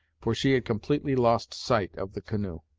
for she had completely lost sight of the canoe.